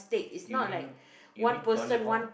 you mean you mean Tony-Hawk